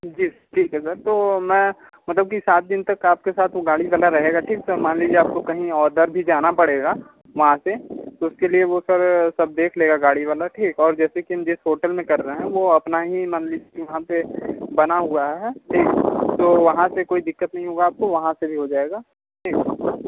जी ठीक है सर तो मैं मतलब की सात दिन तक आप के साथ वो गाड़ी वाला रहेगा ठीक सर मान लीजिए आपको कहीं और उधर भी जाना पड़ेगा वहाँ से तो उसके लिए वो सर सब देख लेगा गाड़ी वाला ठीक और जैसे कि हम जिस होटल में कर रहे हैं वो अपना ही मान लीजिए वहाँ पर बना हुआ ठीक तो वहाँ से कोई दिक्कत नहीं होगा आपको वहाँ से भी हो जाएगा ठीक